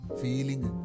feeling